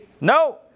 no